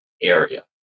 area